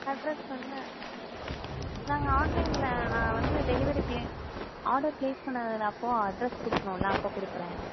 address வந்து நாங்கள் ஆன்லைனில் நான் வந்து டெலிவெரி ப்ளே ஆர்டர் ப்ளேஸ் பண்ணும்ன அப்போது அட்ரெஸ் கொடுக்கணுல அப்போது கொடுக்கறேன்